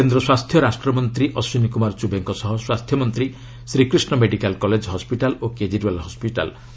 କେନ୍ଦ୍ର ସ୍ୱାସ୍ଥ୍ୟ ରାଷ୍ଟ୍ରମନ୍ତ୍ରୀ ଅଶ୍ୱିନୀ କୁମାର ଚୁବେଙ୍କ ସହ ସ୍ୱାସ୍ଥ୍ୟମନ୍ତ୍ରୀ ଶ୍ରୀକ୍ରିଷ୍ଣ ମେଡିକାଲ୍ କଲେଜ ହସ୍କିଟାଲ୍ ଓ କେଜରିଓ୍ବାଲ୍ ହସ୍କିଟାଲ୍ ଗସ୍ତ କରିବେ